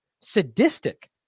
sadistic